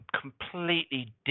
completely